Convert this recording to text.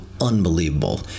unbelievable